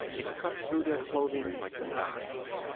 it cut through their clothing like knives.